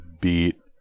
beat